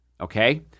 okay